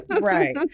Right